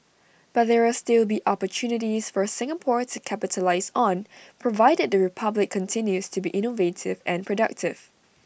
but there will still be opportunities for Singapore to capitalise on provided the republic continues to be innovative and productive